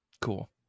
Cool